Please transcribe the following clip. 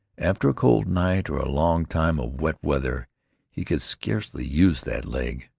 after a cold night or a long time of wet weather he could scarcely use that leg,